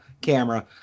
camera